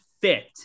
fit